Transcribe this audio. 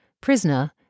Prisoner